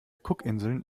cookinseln